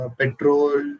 petrol